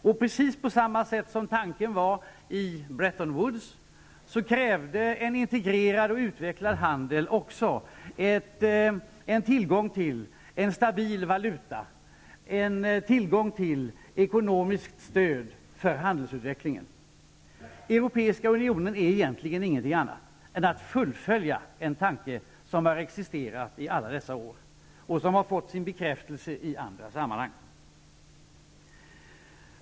Och precis som tanken var i Bretton Woods, kräver en integrerad och utvecklad handel också tillgång till en stabil valuta och till ekonomiskt stöd för handelsutvecklingen. Den europeiska unionen är egentligen ingenting annat än ett fullföljande av en tanke som har existerat i alla dessa år, som fått sin bekräftelse i andra sammanhang.